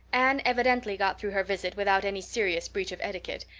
anne evidently got through her visit without any serious breach of etiquette,